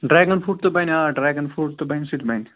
dragon fruit تہٕ بَنہِ آ ڈرٛیگَن فرٛوٗٹ تہٕ بَنہِ سُہ تہِ بَنہِ